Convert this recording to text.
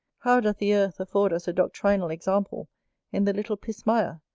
how doth the earth afford us a doctrinal example in the little pismire,